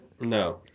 no